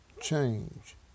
change